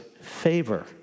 favor